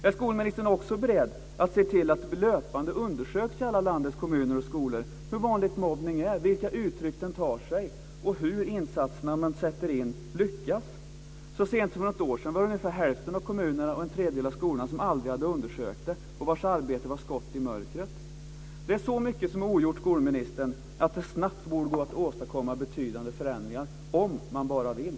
Är skolministern också beredd att se till att det löpande undersöks i alla landets kommuner och skolor hur vanligt mobbning är, vilka uttryck den tar sig och hur insatserna man sätter in lyckas? Så sent som för något år sedan var det ungefär hälften av kommunerna och en tredjedel av skolorna som aldrig hade undersökt detta och vars arbete var skott i mörkret. Det är så mycket som är ogjort, skolministern, att det snabbt borde gå att åstadkomma betydande förändringar - om man bara vill.